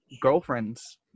Girlfriends